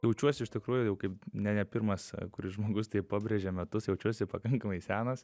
jaučiuos iš tikrųjų jau kaip ne ne pirmas kuris žmogus tai pabrėžė metus jaučiuosi pakankamai senas